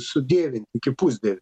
sudievinti iki pusdievių